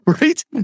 Right